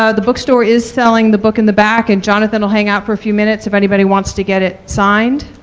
the bookstore is selling the book in the back and jonathan will hang out for a few minutes, if anybody wants to get it signed.